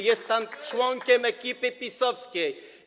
Jest pan członkiem ekipy PiS-owskiej.